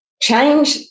change